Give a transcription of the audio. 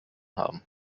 haben